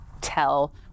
tell